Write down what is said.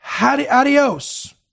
Adios